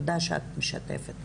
תודה שאת משתפת.